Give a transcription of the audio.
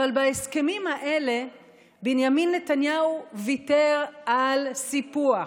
אבל בהסכמים האלה בנימין נתניהו ויתר על סיפוח.